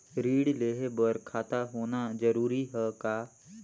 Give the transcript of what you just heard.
ऋण लेहे बर खाता होना जरूरी ह का?